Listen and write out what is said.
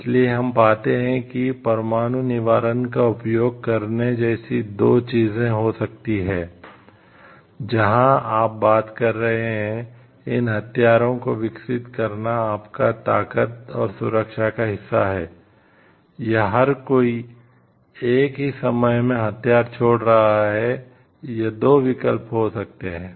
इसलिए हम पाते हैं कि परमाणु निवारण का उपयोग करने जैसी दो चीजें हो सकती हैं जहां आप बात कर रहे हैं इन हथियारों को विकसित करना आपकी ताकत और सुरक्षा का हिस्सा है या हर कोई एक ही समय में हथियार छोड़ रहा है यह दो विकल्प हो सकते हैं